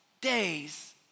days